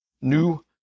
new